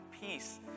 peace